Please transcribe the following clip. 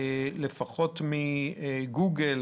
לפחות מגוגל,